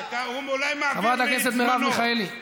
חברת הכנסת מרב מיכאלי,